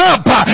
Up